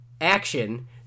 action